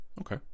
okay